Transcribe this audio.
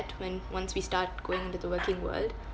when once we start going into the working world